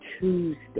Tuesday